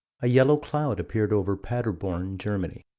a yellow cloud appeared over paderborn, germany.